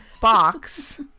box